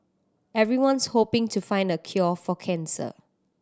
everyone's hoping to find the cure for cancer